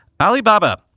Alibaba